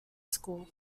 school